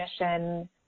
mission